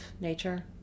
Nature